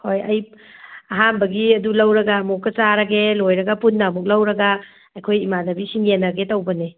ꯍꯣꯏ ꯑꯩ ꯑꯍꯥꯝꯕꯒꯤ ꯑꯗꯨ ꯂꯧꯔꯒ ꯑꯃꯨꯛꯀ ꯆꯥꯔꯒꯦ ꯂꯣꯏꯔꯒ ꯄꯨꯟꯅ ꯑꯃꯨꯛ ꯂꯧꯔꯒ ꯑꯩꯈꯣꯏ ꯏꯃꯥꯅꯕꯤꯁꯤꯡ ꯌꯦꯟꯅꯒꯦ ꯇꯧꯕꯅꯤ